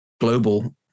global